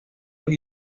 los